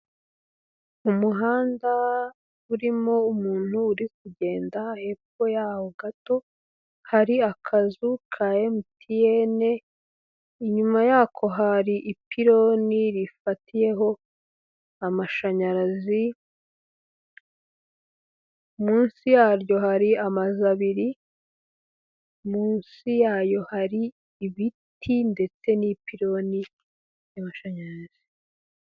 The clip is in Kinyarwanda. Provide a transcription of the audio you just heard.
Umuhanda urimo umuntu uri kugenda hepfo yaho gato hari akazu ka MTN, inyuma yako hari ipironi rifatiyeho amashanyarazi, munsi yaryo hari amazu abiri, munsi yayo hari ibiti ndetse n'ipironi ry'amashanyarazi.